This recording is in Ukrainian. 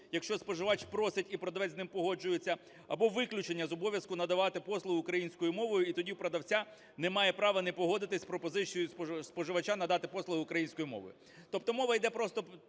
якщо споживач просить і продавець з ним погоджується, або виключення з обов'язку надавати послуги українською мовою, і тоді в продавця немає права не погодитися з пропозицією споживача надати послуги українською мовою. Тобто мова йде просто